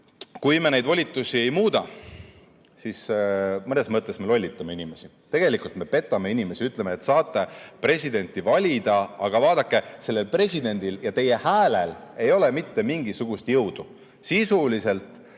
Kui me neid volitusi ei muuda, siis mõnes mõttes me lollitame inimesi. Tegelikult me petame inimesi, ütleme, et saate presidenti valida, aga vaadake, sellel presidendil ja teie häälel ei ole mitte mingisugust jõudu. Sisuliselt